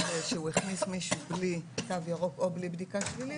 שהוא הכניס מישהו בלי תו ירוק או בלי בדיקה שלילית.